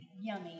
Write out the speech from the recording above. yummy